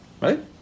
right